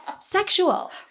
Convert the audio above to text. sexual